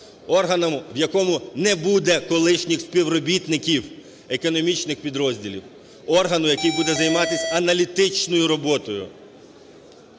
органу, в якому не буде колишніх співробітників економічних підрозділів, органу, який буде займатися аналітичною роботою,